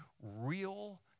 real